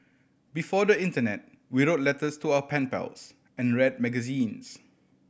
before the internet we wrote letters to our pen pals and read magazines